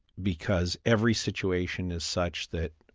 because every situation is such that,